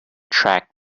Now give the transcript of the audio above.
track